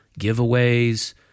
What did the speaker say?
giveaways